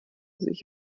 sich